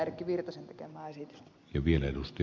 erkki virtasen tekemää esitystä